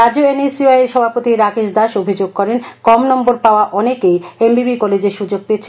রাজ্য N S U I এর সভাপতি রাকেশ দাস অভিযোগ করেন কম নম্বর পাওয়া অনেকেই এম বি বি কলেজে সুযোগ পেয়েছে